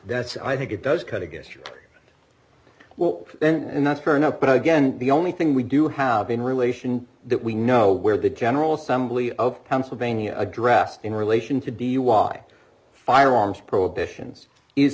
that's i think it does cut against it well and that's fair enough but again the only thing we do have been relation that we know where the general assembly of pennsylvania addressed in relation to dui firearms prohibitions is